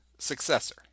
successor